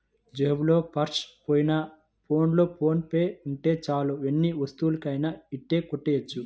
జేబులో పర్సు లేకపోయినా ఫోన్లో ఫోన్ పే ఉంటే చాలు ఎన్ని వస్తువులనైనా ఇట్టే కొనెయ్యొచ్చు